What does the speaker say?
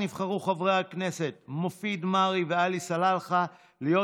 נבחרו חברי הכנסת מופיד מרעי ועלי סלאלחה להיות